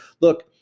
look